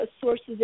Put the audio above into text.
sources